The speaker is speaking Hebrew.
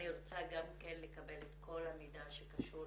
אני רוצה לקבל את כל המידע שקשור